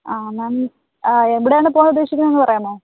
മാം എവിടാണ് പോകാൻ ഉദ്ദേശിക്കുന്നതെന്ന് പറയാമോ